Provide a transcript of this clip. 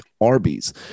Arby's